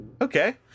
Okay